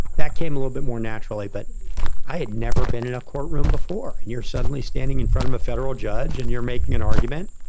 that came a little bit more naturally, but i had never been in a courtroom before and you're suddenly standing in front of a federal judge and you're making an argument.